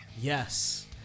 Yes